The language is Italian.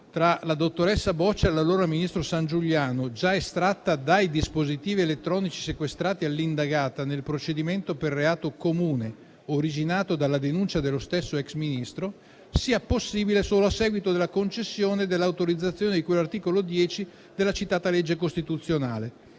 tra la dottoressa Boccia e l'allora ministro Sangiuliano, già estratta dai dispositivi elettronici sequestrati all'indagata nel procedimento per reato comune, originato dalla denuncia dello stesso ex Ministro, sia possibile solo a seguito della concessione dell'autorizzazione di cui all'articolo 10 della citata legge costituzionale.